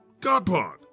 GodPod